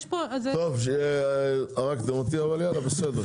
טוב, הרגתם אותי, אבל יאללה בסדר.